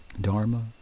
dharma